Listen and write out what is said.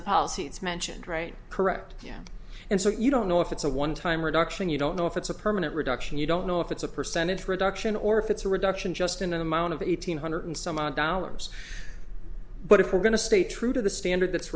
the policy that's mentioned right correct yeah and so you don't know if it's a one time reduction you don't know if it's a permanent reduction you don't know if it's a percentage reduction or if it's a reduction just in an amount of eight hundred some odd dollars but if we're going to stay true to the standard that's